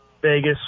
Vegas